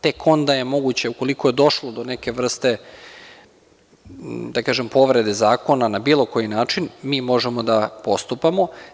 Tek onda je moguće, ukoliko je došlo do neke vrste, da kažem, povrede zakona na bilo koji način, mi možemo da postupamo.